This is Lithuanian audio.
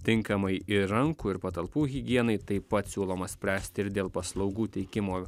tinkamai ir rankų ir patalpų higienai taip pat siūloma spręsti ir dėl paslaugų teikimo